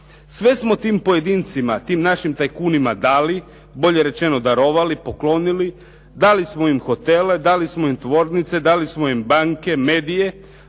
sve smo tim pojedincima, tim našim tajkunima dali, bolje rečeno darovali, poklonili, dali smo im hotele, dali smo im tvornice, dali smo im banke, medije